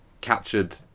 captured